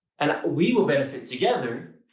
and we will benefit together.